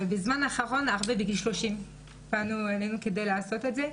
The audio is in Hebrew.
ובזמן האחרון הרבה בגיל 30 פנו אלינו כדי לעשות את זה.